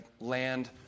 land